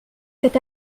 cet